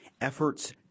Efforts